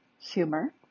humor